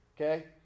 Okay